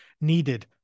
needed